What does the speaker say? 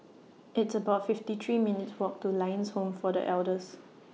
It's about fifty three minutes' Walk to Lions Home For The Elders